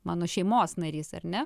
mano šeimos narys ar ne